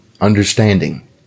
understanding